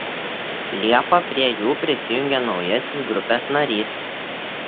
liepą prie jų prisijungė naujasis grupės narys